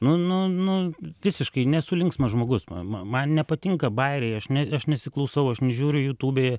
nu nu nu visiškai nesu linksmas žmogus ma ma man nepatinka bajeriai aš ne aš nesiklausau aš nežiūriu jutūbėje